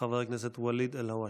חבר הכנסת ואליד אלהואשלה.